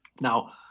Now